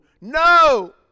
No